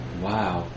Wow